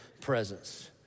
presence